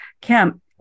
Kemp